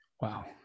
Wow